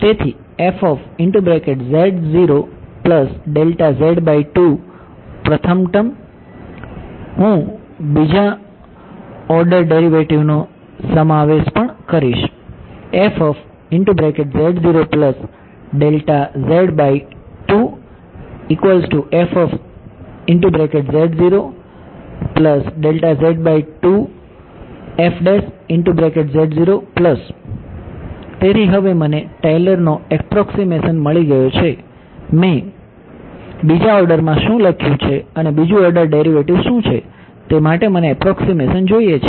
તેથી પ્રથમ ટર્મ હું બીજા ઓર્ડર ડેરિવેટિવનો પણ સમાવેશ કરીશ તેથી હવે મને ટેલરનો એપ્રોક્સીમેશન મળી ગયો છે મેં બીજા ઓર્ડરમાં શું લખ્યું છે અને બીજું ઓર્ડર ડેરિવેટિવ શું છે તે માટે મને એપ્રોક્સીમેશન જોઈએ છે